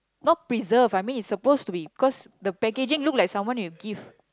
not preserve I mean it's suppose to be because the packaging look like someone you give